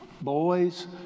boys